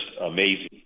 amazing